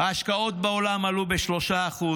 ההשקעות בעולם עלו ב-3%,